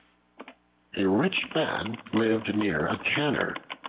a rich man lived near a tanner,